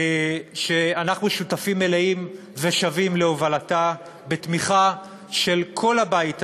שאנחנו שותפים מלאים ושווים להובלתה בתמיכה של כל הבית הזה,